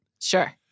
Sure